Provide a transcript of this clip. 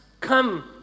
come